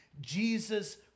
Jesus